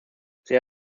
there